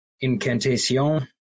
Incantation